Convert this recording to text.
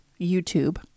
YouTube